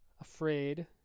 afraid